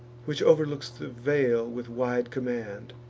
which overlooks the vale with wide command